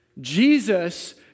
Jesus